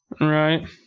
Right